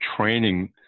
training